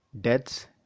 death's